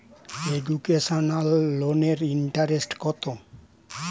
Educational লোনের interest কত?